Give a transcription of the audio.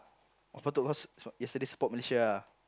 cause yesterday support Malaysia ah